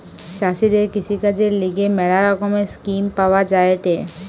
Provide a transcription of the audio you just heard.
চাষীদের কৃষিকাজের লিগে ম্যালা রকমের স্কিম পাওয়া যায়েটে